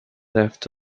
left